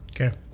Okay